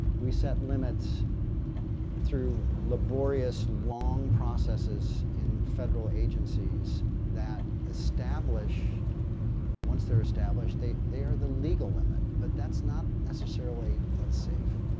we set limits through laborious, long processes in federal agencies that once they're established, they they are the legal limit but that's not necessarily what's safe.